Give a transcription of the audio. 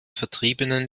vertriebenen